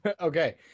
Okay